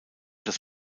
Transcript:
das